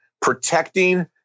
protecting